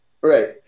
Right